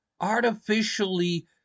artificially